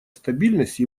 стабильность